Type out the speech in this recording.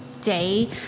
day